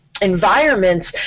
environments